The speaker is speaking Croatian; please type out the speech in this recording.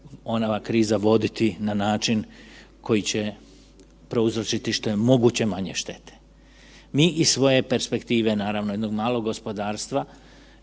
… kriza voditi na način koji će prouzročiti što je moguće manje štete. Mi iz svoje perspektive naravno jednog malog gospodarstva